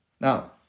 Now